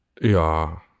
Ja